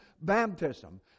baptism